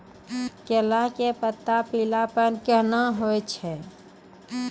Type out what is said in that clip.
केला के पत्ता पीलापन कहना हो छै?